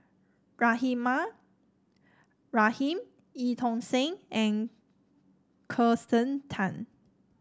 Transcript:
Rahimah Rahim Eu Tong Sen and Kirsten Tan